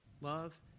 Love